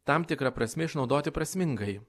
tam tikra prasme išnaudoti prasmingai